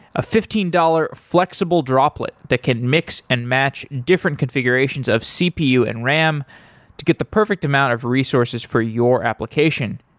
a fifteen dollars flexible droplet that can mix and match different configurations of cpu and ram to get the perfect amount of resources for your application.